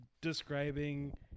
describing